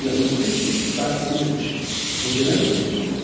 yeah in the fifty s that image was in everybody's mind,